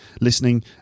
listening